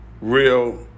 real